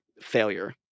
failure